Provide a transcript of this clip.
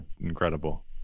incredible